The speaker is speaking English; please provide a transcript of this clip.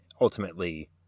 ultimately